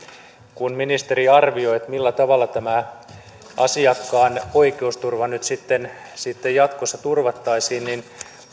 kun ministeri arvioi millä tavalla tämä asiakkaan oikeusturva nyt sitten sitten jatkossa turvattaisiin